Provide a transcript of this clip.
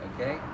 Okay